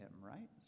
right